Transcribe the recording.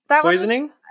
poisoning